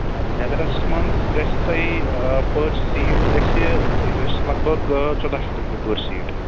لیٚدرَس مَنٛز گَژھِ تۄہہِ پٔر سیٖٹ گَژھِ یہِ گَژھِ لگ بگ ژۄداہ شتھ رۄپیہِ پٔر سیٖٹ